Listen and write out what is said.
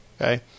Okay